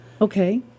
Okay